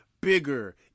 bigger